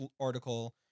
article